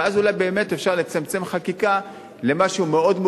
ואז אולי באמת אפשר לצמצם חקיקה למשהו מאוד מוגדר.